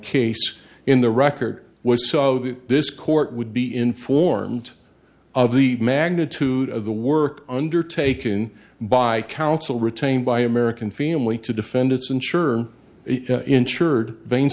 case in the record was so that this court would be informed of the magnitude of the work undertaken by counsel retained by american family to defend its insurer insured vein